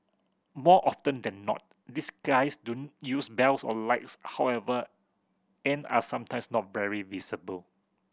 more often than not these guys don't use bells or lights however and are sometimes not very visible